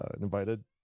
invited